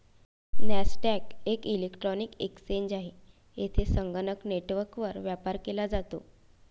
Nasdaq एक electronic exchange आहे, जेथे संगणक नेटवर्कवर व्यापार केला जातो